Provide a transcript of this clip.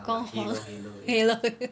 光环 halo ha~